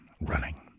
running